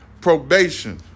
probation